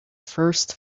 first